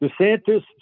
DeSantis